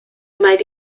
might